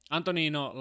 Antonino